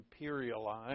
imperialize